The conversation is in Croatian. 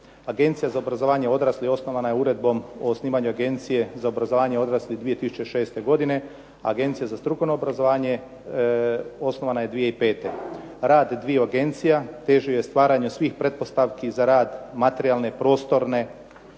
Agencija za obrazovanje odraslih osnovana je uredbom o osnivanju Agencije za obrazovanje odraslih 2006. godine, a Agencija za strukovno obrazovanje osnovana je 2005. Rad dviju agencija težio je stvaranju svih pretpostavki za rad materijalne, prostorne,